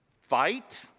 Fight